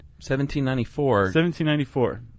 1794